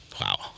wow